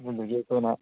ꯑꯗꯨꯗꯨꯒꯤ ꯑꯩꯈꯣꯏꯅ